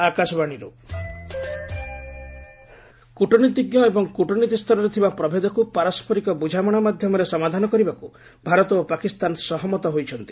India Pak କୂଟନୀତିଜ୍ଞ ଏବଂ କୂଟନୀତି ସ୍ତରରେ ଥିବା ପ୍ରଭେଦକୁ ପାରସ୍କରିକ ବୁଝାମଣା ମାଧ୍ୟମରେ ସମାଧାନ କରିବାକୁ ଭାରତ ଓ ପାକିସ୍ତାନ ସହମତ ହୋଇଛନ୍ତି